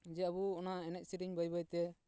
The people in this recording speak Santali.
ᱡᱮ ᱟᱵᱚ ᱚᱱᱟ ᱮᱱᱮᱡ ᱥᱮᱨᱮᱧ ᱵᱟᱹᱭ ᱵᱟᱹᱭ ᱛᱮ